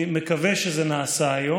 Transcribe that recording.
אני מקווה שזה נעשה היום,